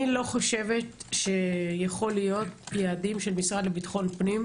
לדעתי לא יכולים להיות יעדים של המשרד לביטחון פנים,